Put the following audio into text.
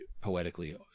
poetically